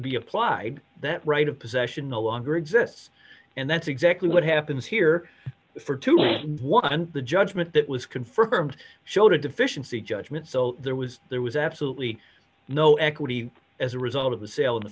be applied that right of possession no longer exists and that's exactly what happens here for two reasons one the judgment that was confirmed showed a deficiency judgment so there was there was absolutely no equity as a result of the sale in the